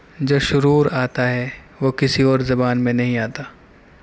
جو سرور آتا ہے وہ کسی اور زبان میں نہیں آتا